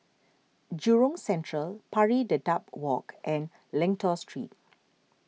Jurong Central Pari Dedap Walk and Lentor Street